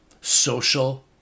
social